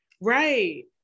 right